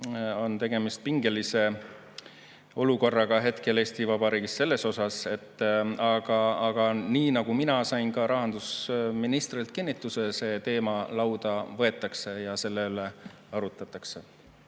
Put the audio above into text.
osas tegemist pingelise olukorraga hetkel Eesti Vabariigis. Aga nii nagu mina sain rahandusministrilt kinnituse, see teema lauda võetakse ja selle üle arutatakse.